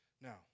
Now